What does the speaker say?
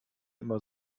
immer